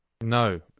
No